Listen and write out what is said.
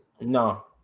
No